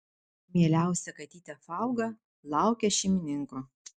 mieliausia katytė fauga laukia šeimininko